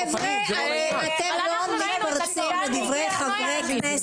חבר'ה, אתם לא מתפרצים לדברי חברי הכנסת.